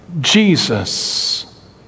Jesus